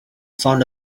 found